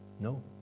No